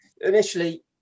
initially